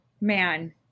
man